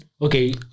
okay